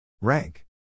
Rank